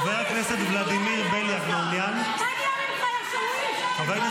יא שאוויש, תראה מה נהיה ממך --- תודה, גברתי.